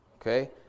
Okay